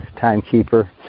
timekeeper